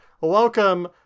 welcome